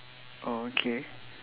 oh okay